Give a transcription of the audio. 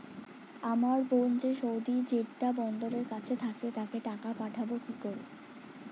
আমার বোন যে সৌদির জেড্ডা বন্দরের কাছে থাকে তাকে টাকা পাঠাবো কি করে?